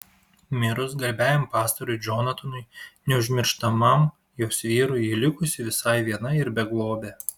mirus garbiajam pastoriui džonatanui neužmirštamam jos vyrui ji likusi visai viena ir beglobė